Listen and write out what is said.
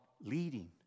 leading